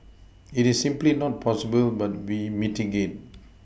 it is simply not possible but be mitigate